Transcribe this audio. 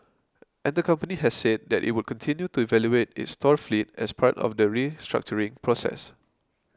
and the company has said that it would continue to evaluate its store fleet as part of the restructuring process